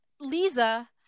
Lisa